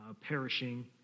perishing